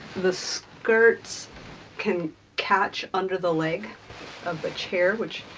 the so skirts can catch under the leg of the chair, which